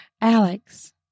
Alex